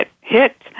hit